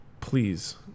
please